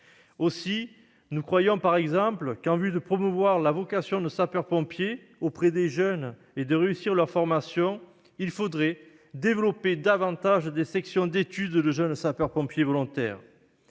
Il nous semble, par exemple, en vue de promouvoir la vocation de sapeur-pompier auprès des jeunes et de réussir leur formation, qu'il faudrait développer davantage les sections études de jeunes sapeurs-pompiers volontaires.